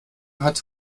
hat